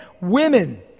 women